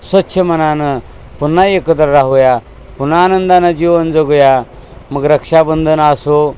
स्वच्छ मनानं पुन्हा एकत्र राहूया पुन्हा आनंदाना जीवन जगूया मग रक्षाबंधन असो